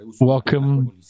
Welcome